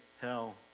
hell